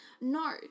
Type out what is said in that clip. No